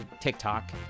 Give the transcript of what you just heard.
TikTok